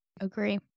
Agree